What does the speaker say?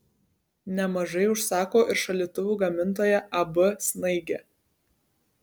nemažai užsako ir šaldytuvų gamintoja ab snaigė